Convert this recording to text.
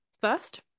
first